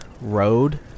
Road